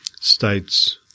states